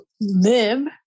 live